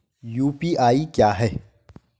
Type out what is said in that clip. UPI क्या है?